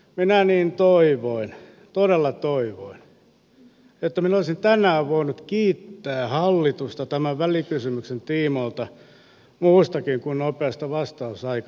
minä niin toivoin todella toivoin että minä olisin tänään voinut kiittää hallitusta tämän välikysymyksen tiimoilta muustakin kuin nopeasta vastausaikataulusta